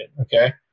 okay